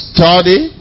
Study